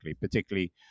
particularly